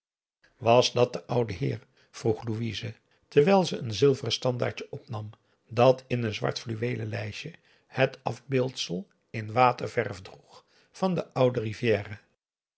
was dat de oude heer vroeg louise terwijl ze een zilveren standaardje opnam dat in een zwart fluweelen lijstje het afbeeldsel in waterverf droeg van den ouden rivière